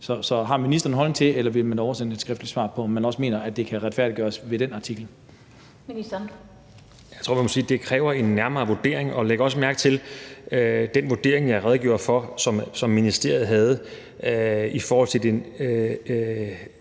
Så har ministeren en holdning til – eller vil man oversende et skriftligt svar på – om man også mener, at det kan retfærdiggøres ved den artikel?